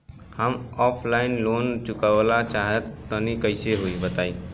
हम offline loan चुकावल चाहऽ तनि कइसे होई?